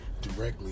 Directly